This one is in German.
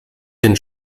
den